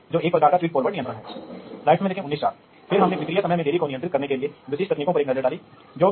इसलिए इस तरह के कार्य अब एक स्वचालित फैशन में करना संभव है और पहले की तुलना में बहुत अधिक सामयिक फैशन में